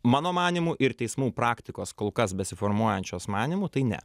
mano manymu ir teismų praktikos kol kas besiformuojančios manymu tai ne